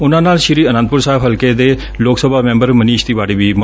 ਉਨਾਂ ਨਾਲ ਸ੍ਰੀ ਆਨੰਦਪੁਰ ਸਾਹਿਬ ਹਲਕੇ ਦੇ ਲੋਕ ਸਭਾ ਮੈਬਰ ਮਨੀਸ਼ ਤਿਵਾਡੀ ਵੀ ਮੌਚੁਦ ਸਨ